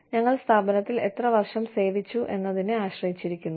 ഞങ്ങൾ സ്ഥാപനത്തിൽ എത്ര വർഷം സേവിച്ചു എന്നതിനെ ആശ്രയിച്ചിരിക്കുന്നു